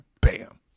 Bam